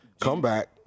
comeback